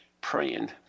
praying